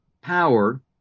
power